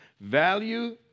value